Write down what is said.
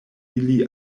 ili